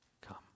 come